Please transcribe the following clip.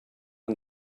and